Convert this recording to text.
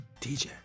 DJ